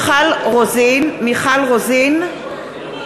(קוראת בשמות חברי הכנסת) מיכל רוזין בעד